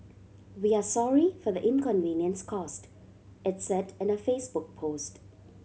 we are sorry for the inconvenience caused it said in a Facebook post